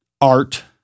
art